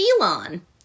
Elon